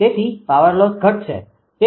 તેથી power loss ઘટશે